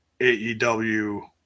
AEW